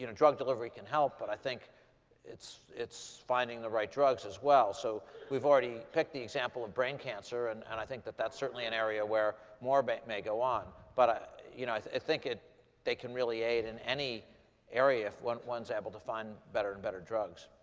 you know drug delivery can help. but i think it's it's finding the right drugs, as well. so we've already picked the example of brain cancer. and and i think that that's certainly an area where more but may go on. but i you know think they can really aid in any area if one one's able to find better and better drugs.